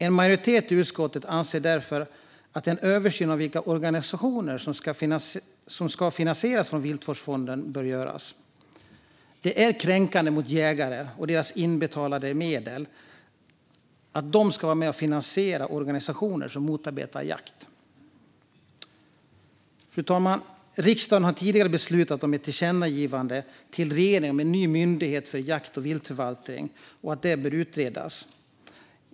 En majoritet i utskottet anser därför att en översyn av vilka organisationer som ska finansieras med medel från Viltvårdsfonden bör göras. Det är kränkande mot jägare att deras inbetalade medel ska vara med och finansiera organisationer som motarbetar jakt. Fru talman! Riksdagen har tidigare beslutat om ett tillkännagivande till regeringen om att ny myndighet för jakt och viltförvaltning bör utredas.